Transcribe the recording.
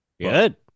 Good